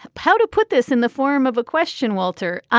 proud of. put this in the form of a question walter.